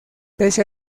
pese